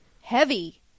heavy